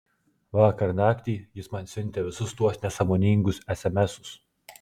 vakar naktį jis man siuntė visus tuos nesąmoningus esemesus